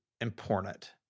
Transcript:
important